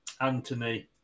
Anthony